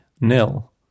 nil